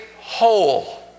whole